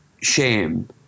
shame